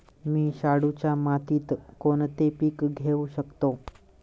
मी शाडूच्या मातीत कोणते पीक घेवू शकतो?